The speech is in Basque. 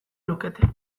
lukete